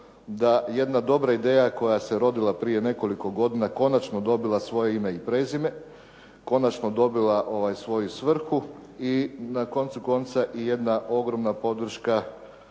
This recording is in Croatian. da jedna dobra ideja koja se je rodila prije nekoliko godina konačno dobila svoje ime i prezime, konačno dobila svoju svrhu i na koncu konca i jedna ogromna podrška